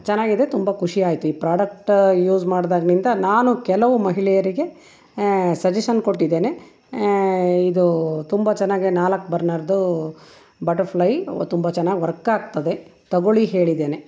ಚೆನ್ನಾಗಿದೆ ತುಂಬ ಖುಷಿ ಆಯ್ತು ಈ ಪ್ರಾಡಕ್ಟ ಯೂಸ್ ಮಾಡ್ದಾಗ್ಲಿಂದ ನಾನು ಕೆಲವು ಮಹಿಳೆಯರಿಗೆ ಸಜೆಶನ್ ಕೊಟ್ಟಿದ್ದೇನೆ ಇದು ತುಂಬ ಚೆನ್ನಾಗಿ ನಾಲ್ಕು ಬರ್ನರ್ದು ಬಟರ್ಫ್ಲೈ ತುಂಬ ಚೆನ್ನಾಗಿ ವರ್ಕ್ ಆಗ್ತದೆ ತಗೊಳ್ಳಿ ಹೇಳಿದ್ದೇನೆ